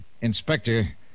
Inspector